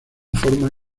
forma